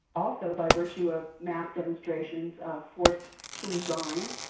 also by virtue of mass demonstrations, ah forced to resign.